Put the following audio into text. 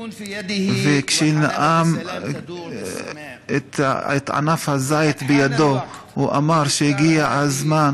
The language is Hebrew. כשהוא נאם עם ענף הזית בידו הוא אמר שהגיע הזמן